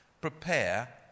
prepare